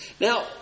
Now